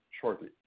shortly